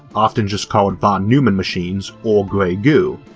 often just called von neumann machines or grey goo,